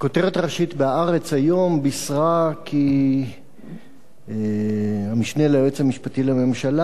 הכותרת הראשית ב"הארץ" היום בישרה כי המשנה ליועץ המשפטי לממשלה